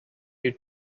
you